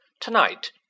Tonight